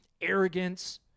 arrogance